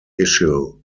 issue